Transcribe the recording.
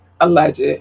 alleged